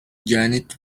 janet